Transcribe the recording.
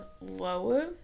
lower